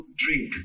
drink